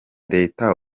leta